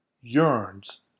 yearns